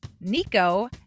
Nico